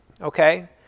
okay